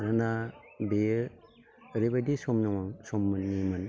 मानोना बेयो ओरैबायदि सम दङ समनिमोन